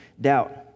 doubt